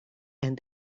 and